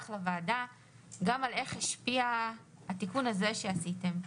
לוועדה גם על איך השפיע התיקון הזה שעשיתם.